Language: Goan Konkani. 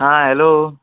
आं हॅलो